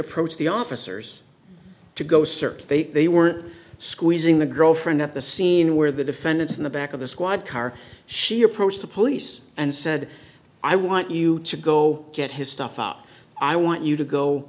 approached the officers to go search they they were squeezing the girlfriend at the scene where the defendants in the back of the squad car she approached the police and said i want you to go get his stuff up i want you to go